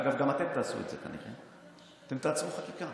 אגב, גם אתם תעשו את זה כנראה, אתם תעצרו חקיקה